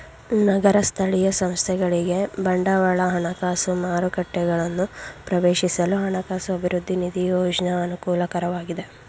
ನಗರ ಸ್ಥಳೀಯ ಸಂಸ್ಥೆಗಳಿಗೆ ಬಂಡವಾಳ ಹಣಕಾಸು ಮಾರುಕಟ್ಟೆಗಳನ್ನು ಪ್ರವೇಶಿಸಲು ಹಣಕಾಸು ಅಭಿವೃದ್ಧಿ ನಿಧಿ ಯೋಜ್ನ ಅನುಕೂಲಕರವಾಗಿದೆ